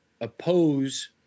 oppose